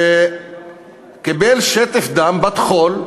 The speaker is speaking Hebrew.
שקיבל שטף דם בטחול,